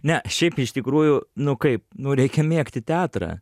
ne šiaip iš tikrųjų nu kaip nu reikia mėgti teatrą